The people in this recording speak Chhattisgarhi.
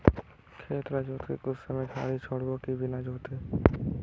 खेत ल जोत के कुछ समय खाली छोड़बो कि बिना जोते?